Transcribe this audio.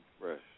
fresh